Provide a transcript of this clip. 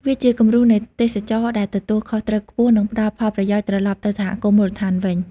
វាជាគំរូនៃទេសចរណ៍ដែលទទួលខុសត្រូវខ្ពស់ និងផ្តល់ផលប្រយោជន៍ត្រឡប់ទៅសហគមន៍មូលដ្ឋានវិញ។